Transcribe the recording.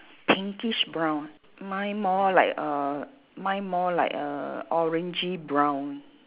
pinkish brown mine more like err mine more like a orangey brown